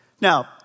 Now